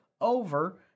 over